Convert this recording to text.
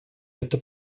это